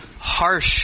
harsh